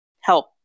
help